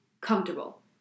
comfortable